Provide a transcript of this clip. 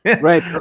right